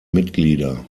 mitglieder